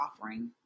offering